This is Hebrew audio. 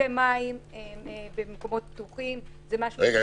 בקבוקי מים במקומות פתוחים זה משהו --- רגע,